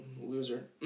Loser